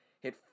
hit